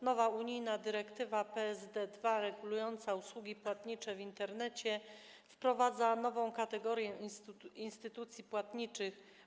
Nowa unijna dyrektywa PSD 2 regulująca usługi płatnicze w Internecie wprowadza nową kategorię instytucji płatniczych.